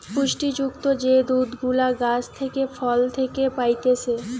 পুষ্টি যুক্ত যে দুধ গুলা গাছ থেকে, ফল থেকে পাইতেছে